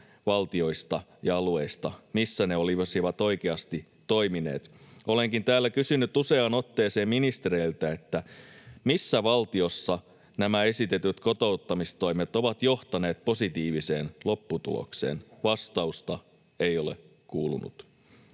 valtioista ja alueista, missä ne olisivat oikeasti toimineet. Olenkin täällä kysynyt useaan otteeseen ministereiltä, missä valtiossa nämä esitetyt kotouttamistoimet ovat johtaneet positiiviseen lopputulokseen. Vastausta ei ole kuulunut.